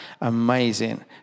amazing